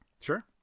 Sure